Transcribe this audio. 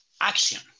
action